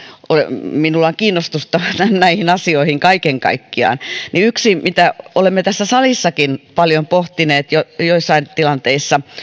minulla on kiinnostusta näihin asioihin kaiken kaikkiaan yksi mitä olemme tässä salissakin paljon pohtineet joissain tilanteissa